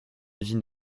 usine